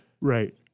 right